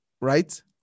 right